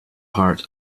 hearts